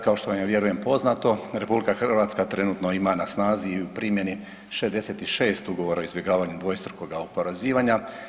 Kao što vam je vjerujem poznato RH trenutno ima na snazi i u primjeni 66 ugovora o izbjegavanju dvostrukoga oporezivanja.